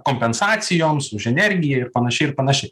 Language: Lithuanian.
kompensacijoms už energiją ir panašiai ir panašiai